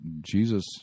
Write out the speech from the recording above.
Jesus